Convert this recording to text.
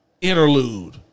interlude